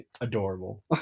adorable